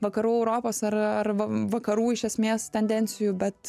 vakarų europos ar ar vakarų iš esmės tendencijų bet